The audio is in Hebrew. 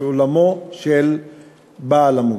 עולמו של בעל המוגבלות.